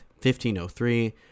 1503